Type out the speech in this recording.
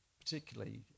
particularly